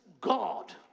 God